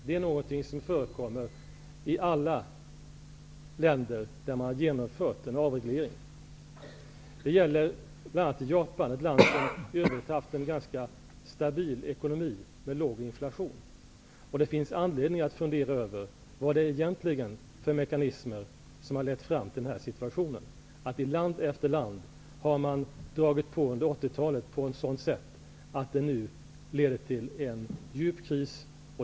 Det är någonting som förekommer i alla länder där man har genomfört en avreglering. Det gäller bl.a. i Japan. Det är ett land som i övrigt har haft en ganska stabil ekonomi med låg inflation. Det finns anledning att fundera över vad det egentligen är för mekanismer som har lett fram till den här situationen. I land efter land har man dragit på under 80-talet på ett sådant sätt att det nu leder till en djup kris.